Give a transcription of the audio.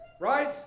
right